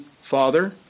Father